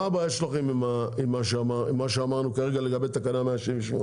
מה הבעיה שלכם עם מה שאמרנו כרגע לגבי תקנה 168?